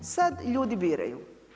Sad ljudi biraju.